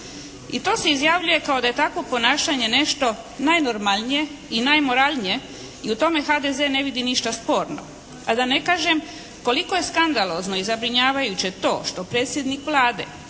I to se izjavljuje kao da je takvo ponašanje nešto najnormalnije i najmoralnije i u tome HDZ ne vidi ništa sporno. A da ne kažem koliko je skandalozno i zabrinjavajuće to što predsjednik Vlade